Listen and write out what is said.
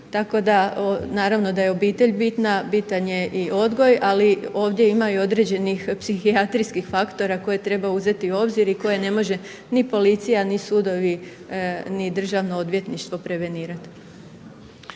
Tako da naravno da je obitelj bitna, bitan je i odgoj ali ovdje ima i određenih psihijatrijskih faktora koje treba uzeti u obzir i koje ne može ni policija, ni sudovi, ni državno odvjetništvo prevenirati.